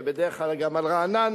ובדרך כלל גם על רעננה,